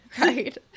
right